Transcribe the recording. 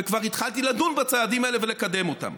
וכבר התחלתי לדון בצעדים האלה ולקדם אותם.